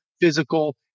physical